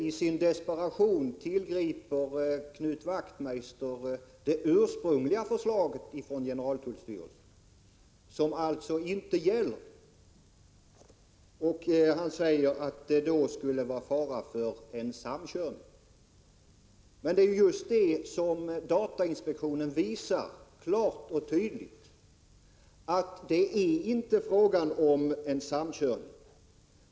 I sin desperation tillgriper Knut Wachtmeister det ursprungliga förslaget från generaltullstyrelsen, som alltså inte gäller. Han säger att det skulle vara fara för en samkörning. Men datainspektionen visar ju klart och tydligt att det inte är fråga om en samkörning.